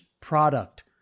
product